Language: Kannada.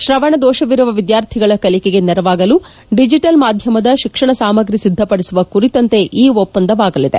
ಶ್ರವಣದೋಷವಿರುವ ವಿದ್ದಾರ್ಥಿಗಳ ಕಲಿಕೆಗೆ ನೆರವಾಗಲು ಡಿಜಿಟಲ್ ಮಾಧ್ವಮದ ಶಿಕ್ಷಣ ಸಾಮಗ್ರಿ ಸಿದ್ದಪಡಿಸುವ ಕುರಿತಂತೆ ಈ ಒಪ್ಪಂದವಾಗಲಿದೆ